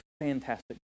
fantastic